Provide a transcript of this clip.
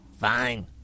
Fine